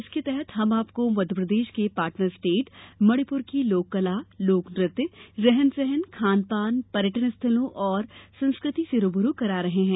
इसके तहत हम आपको मध्यप्रदेश के पार्टनर स्टेट मणिपुर की लोककला लोकनत्य रहन सहन खान पान पर्यटन स्थलों और संस्कृति से रू ब रू करा रहे हैं